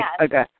Okay